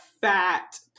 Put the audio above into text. fat